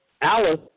Alice